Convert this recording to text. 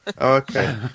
okay